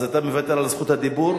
אז אתה מוותר על זכות הדיבור?